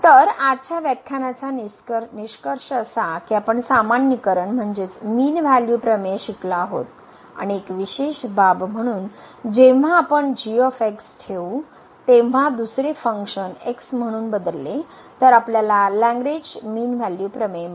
तर आजच्या व्याख्यानाचा निष्कर्ष असा कि आपण सामान्यीकरण म्हणजेच मीन व्हॅल्यू प्रमेय शिकलो आहोत आणि एक विशेष बाब म्हणून जेव्हा आपण ठेवू तेंव्हा दुसरे फंक्शन x म्हणून बदलले तर आपल्याला लॅरेंज मीन व्हॅल्यू प्रमेय मिळेल